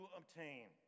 obtain